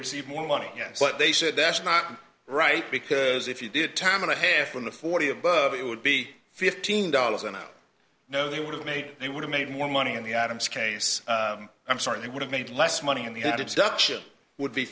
receive more money yes but they said that's not right because if you did time and a half when the forty above it would be fifteen dollars an hour no they would have made it would have made more money in the adam's case i'm certain they would have made less money in the adage that ship would be